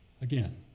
Again